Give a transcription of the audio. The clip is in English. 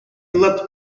left